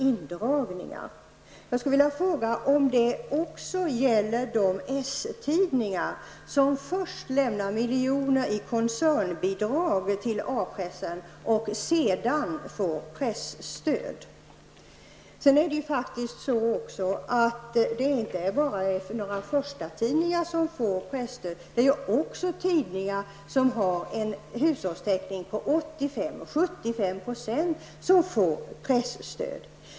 Jag skulle vilja fråga om det också gäller de s-tidningar som först lämnar miljoner i koncernbidrag till A pressen och sedan får presstöd. Det är inte bara förstatidningar som får presstöd. Det är också tidningar som har en täckning av hushållen på 75-- 85 % som får presstöd.